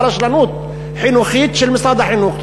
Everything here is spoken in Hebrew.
אבל רשלנות חינוכית של משרד החינוך.